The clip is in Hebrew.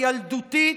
הילדותית,